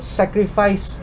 sacrifice